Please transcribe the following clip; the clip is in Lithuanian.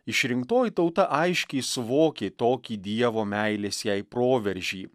išrinktoji tauta aiškiai suvokė tokį dievo meilės jai proveržį